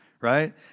right